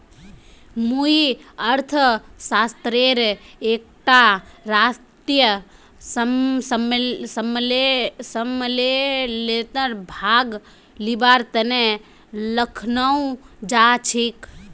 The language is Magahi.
मुई अर्थशास्त्रेर एकटा राष्ट्रीय सम्मेलनत भाग लिबार तने लखनऊ जाछी